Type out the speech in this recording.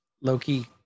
Loki